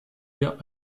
wir